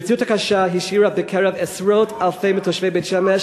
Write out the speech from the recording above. המציאות הקשה השאירה בקרב עשרות אלפים מתושבי בית-שמש